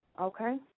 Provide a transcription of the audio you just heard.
Okay